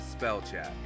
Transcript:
spellcheck